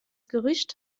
gerücht